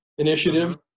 Initiative